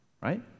right